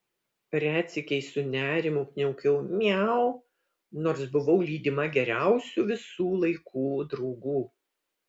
retsykiais su nerimu kniaukiau miau nors buvau lydima geriausių visų laikų draugų